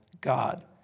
God